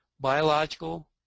Biological